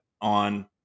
on